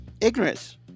ignorance